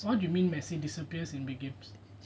what you mean messi disappears in big games